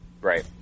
Right